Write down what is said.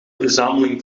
verzameling